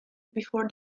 before